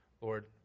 Lord